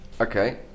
okay